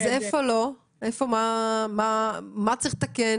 אז מה צריך לתקן?